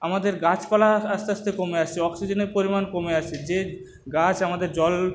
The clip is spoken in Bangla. আমাদের গাছপালা আসতে আসতে কমে আসছে অক্সিজেনের পরিমাণ কমে আসছে যে গাছ আমাদের জল